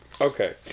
Okay